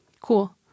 Cool